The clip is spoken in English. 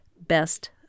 Best